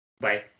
Bye